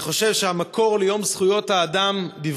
אני חושב שהמקור ליום זכויות האדם הוא